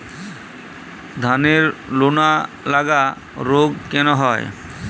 ধানের লোনা লাগা রোগ কেন হয়?